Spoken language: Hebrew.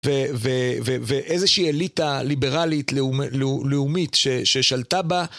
ואיזושהי אליטה ליברלית לאומית ששלטה בה.